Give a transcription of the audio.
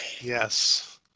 Yes